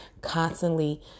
constantly